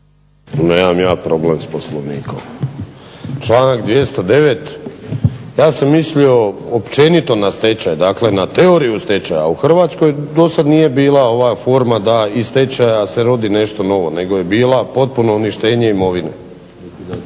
Nemam ja problem s Poslovnikom. Članak 209. Ja sam mislio općenito na stečaj, dakle na teoriju stečaja. U Hrvatskoj dosad nije bila ova forma da iz stečaja se rodi nešto novo nego je bila potpuno uništenje imovine.